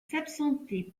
s’absentait